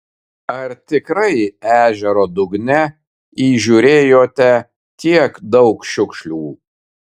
ar tikrai ežero dugne įžiūrėjote tiek daug šiukšlių